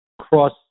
cross